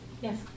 Yes